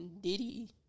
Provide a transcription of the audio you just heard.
Diddy